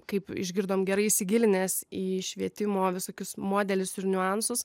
kaip išgirdom gerai įsigilinęs į švietimo visokius modelius ir niuansus